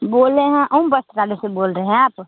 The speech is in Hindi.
बोल रहे हैं ओम वस्त्रालय से बोल रहे हैं आप